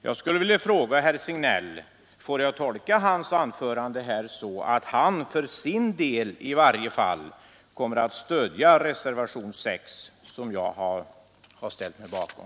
Jag skulle vilja fråga herr Signell: Får jag tolka hans anförande så, att han för sin del kommer att stödja reservationen 6, som jag har ställt mig bakom?